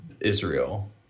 Israel